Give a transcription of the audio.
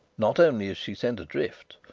not only is she sent adrift,